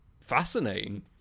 fascinating